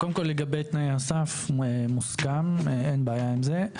קודם כל לגבי תנאי הסף מוסכם, אין בעיה עם זה.